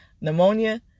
pneumonia